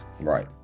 Right